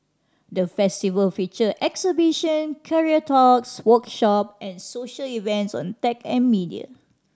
the Festival featured exhibition career talks workshop and social events on tech and media